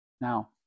Now